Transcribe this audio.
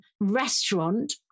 restaurant